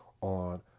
on